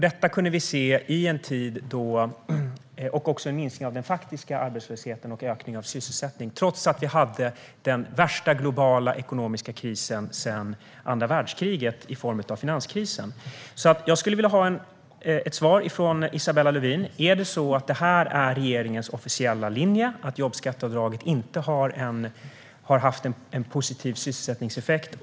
Det var också en minskning av den faktiska arbetslösheten och en ökning av sysselsättningen trots att vi hade den värsta globala ekonomiska krisen sedan andra världskriget i form av finanskrisen. Jag skulle vilja ha ett svar från Isabella Lövin om det är regeringens officiella linje att jobbskatteavdraget inte har haft en positiv sysselsättningseffekt.